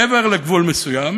מעבר לגבול מסוים